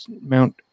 Mount